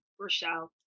Rochelle